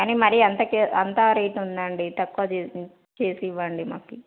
కానీ మరి అంతకి అంత రేట్ ఉందాండి తక్కువ చేసి చేసి ఇవ్వండి మాకు